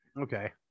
okay